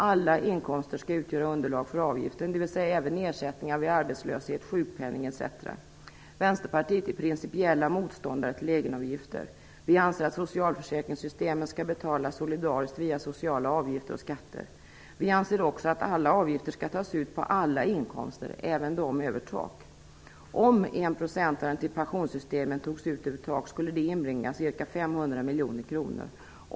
Alla inkomster skall utgöra underlag för avgiften, dvs. även ersättningar vid arbetslöshet, sjukpenning etc. Vänsterpartiet är principiell motståndare till egenavgifter. Vi anser att socialförsäkringssystemen skall betalas solidariskt via sociala avgifter och skatter. Vi anser också att alla avgifter skall tas ut från alla inkomstlägen - även de över tak. Om enprocentaren till pensionssystemet togs ut över tak skulle det inbringa ca 500 miljoner kronor.